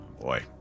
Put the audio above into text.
Boy